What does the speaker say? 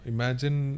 Imagine